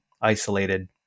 isolated